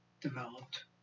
developed